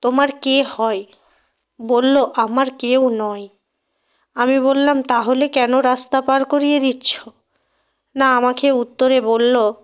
তোমার কে হয় বললো আমার কেউ নয় আমি বললাম তাহলে কেন রাস্তা পার করিয়ে দিচ্ছো না আমাকে উত্তরে বললো